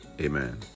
Amen